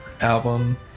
album